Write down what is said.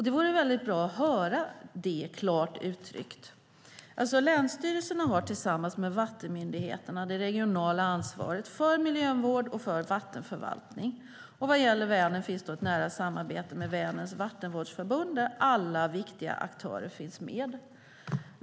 Det vore bra att få höra det klart uttryckt. Länsstyrelserna har tillsammans med vattenmyndigheterna det regionala ansvaret för miljövård och vattenförvaltning. Vad gäller Vänern finns ett nära samarbete med Vänerns vattenvårdsförbund där alla viktiga aktörer finns med.